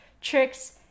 tricks